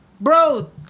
bro